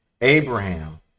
Abraham